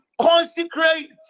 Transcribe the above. consecrate